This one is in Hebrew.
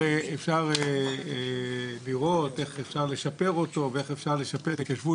אפשר לראות איך אפשר לשפר אותו ואיך אפשר לשפר את ההתיישבות